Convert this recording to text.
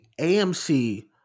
AMC